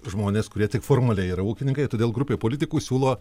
žmonės kurie tik formaliai yra ūkininkai todėl grupė politikų siūlo